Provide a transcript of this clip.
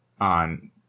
on